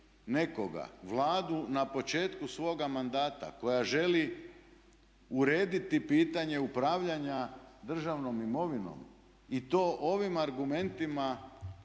nekoga, Vladu na početku svoga mandata koja želi urediti pitanje upravljanja državnom imovinom i to ovim argumentima